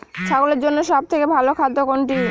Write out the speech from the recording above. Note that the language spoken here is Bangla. ছাগলের জন্য সব থেকে ভালো খাদ্য কোনটি?